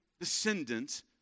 descendants